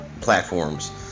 platforms